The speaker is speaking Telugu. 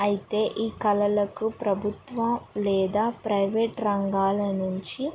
అయితే ఈ కళలకు ప్రభుత్వం లేదా ప్రైవేట్ రంగాల నుంచి